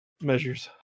measures